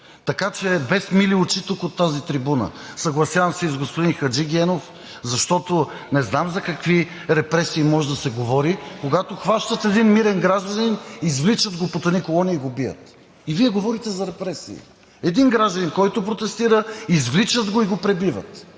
Така че без мили очи тук от тази трибуна. Съгласявам се и с господин Хаджигенов, защото не знам за какви репресии може да се говори, когато хващат един мирен гражданин, извличат го под едни колони и го бият. И Вие говорите за репресии. Един гражданин, който протестира, извличат го и го пребиват.